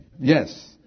Yes